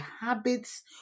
habits